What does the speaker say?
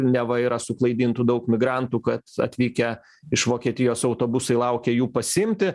neva yra suklaidintų daug migrantų kad atvykę iš vokietijos autobusai laukia jų pasiimti